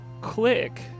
click